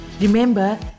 remember